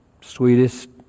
sweetest